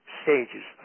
stages